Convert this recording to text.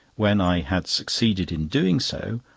when i had succeeded in doing so,